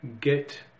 get